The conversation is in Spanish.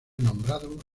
nombrado